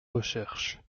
recherche